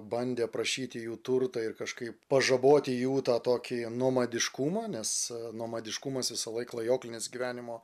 bandė aprašyti jų turtą ir kažkaip pažaboti jų tą tokį nomadiškumą nes nomadiškumas visąlaik klajoklinis gyvenimo